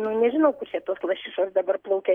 nu nežinau kur čia tos lašišos dabar plaukia